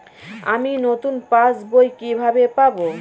আমি নতুন পাস বই কিভাবে পাব?